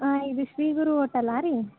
ಹಾಂ ಇದು ಶ್ರೀ ಗುರು ಓಟೆಲಾ ರೀ